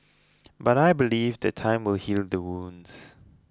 but I believe that time will heal the wounds